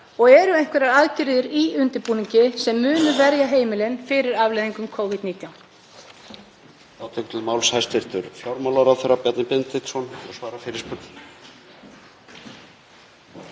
Eru einhverjar aðgerðir í undirbúningi sem munu verja heimilin fyrir afleiðingum Covid-19?